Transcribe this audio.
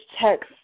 text